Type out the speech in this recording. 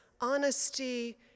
honesty